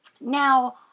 Now